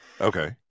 Okay